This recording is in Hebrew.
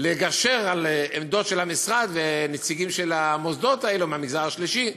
לגשר על עמדות של המשרד ונציגים של המוסדות האלה מהמגזר השלישי.